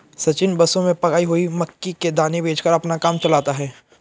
सचिन बसों में पकाई हुई मक्की के दाने बेचकर अपना काम चलाता है